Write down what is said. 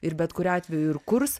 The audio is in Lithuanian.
ir bet kuriuo atveju ir kurs